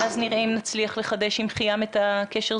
ואז נראה אם נצליח לחדש עם חיאם את הקשר.